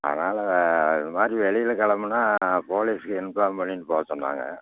அதனால் இது மாதிரி வெளியில் கிளம்புனா போலீஸுக்கு இன்ஃபார்ம் பண்ணிவிட்டு போக சொன்னாங்க